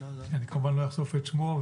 אני, כמובן, לא אחשוף את שמו.